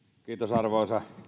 arvoisa